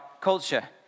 culture